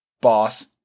boss